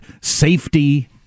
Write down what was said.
safety